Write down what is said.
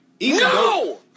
No